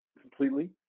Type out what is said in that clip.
completely